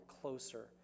closer